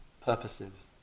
purposes